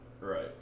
right